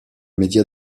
médias